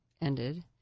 ended